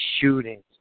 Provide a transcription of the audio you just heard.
shootings